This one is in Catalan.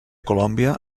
colòmbia